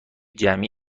جمعی